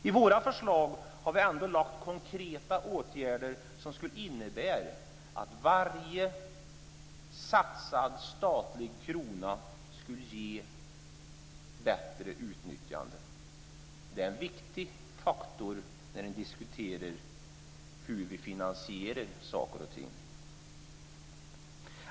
I våra förslag har vi ändå lagt fram konkreta åtgärder som skulle innebära att varje satsad statlig krona skulle ge bättre utnyttjande. Det är en viktig faktor när man diskuterar hur vi finansierar saker och ting.